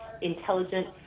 intelligent